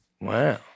Wow